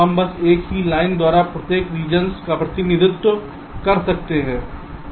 हम बस एक ही लाइन द्वारा प्रत्येक रेजियन्स का प्रतिनिधित्व कर सकते हैं